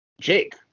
Jake